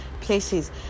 places